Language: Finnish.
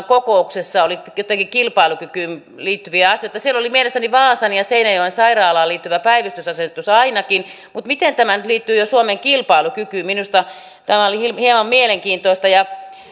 kokouksessa oli joitakin kilpailukykyyn liittyviä asioita siellä oli mielestäni vaasan ja seinäjoen sairaaloihin liittyvä päivystysasetus ainakin mutta miten tämä nyt liittyy jo suomen kilpailukykyyn minusta tämä oli hieman mielenkiintoista